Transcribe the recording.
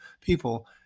people